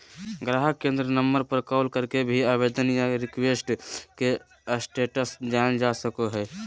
गाहक केंद्र number call कॉल करके भी आवेदन या रिक्वेस्ट के स्टेटस जानल जा सको हय